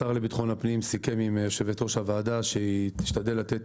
השר לביטחון הפנים סיכם עם יושבת ראש הוועדה שהיא תשתדל לתת